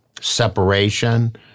separation